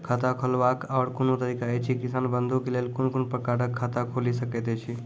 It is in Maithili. खाता खोलवाक आर कूनू तरीका ऐछि, किसान बंधु के लेल कून कून प्रकारक खाता खूलि सकैत ऐछि?